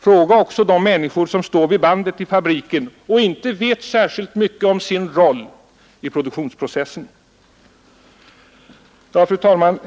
Fråga även de människor som står vid löpande bandet i fabriken och inte vet särskilt mycket om sin roll i produktionsprocessen. Fru talman!